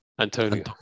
Antonio